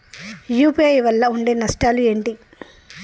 UPI వల్ల ఉండే నష్టాలు ఏంటి??